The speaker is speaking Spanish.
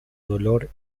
dolor